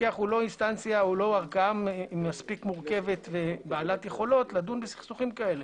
המפקח הוא לא ערכאה מספיק מורכבת ובעלת יכולות לדון בסכסוכים כאלה,